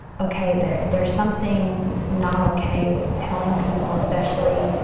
okay, there's there's something not okay with telling people, especially,